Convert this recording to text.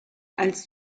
als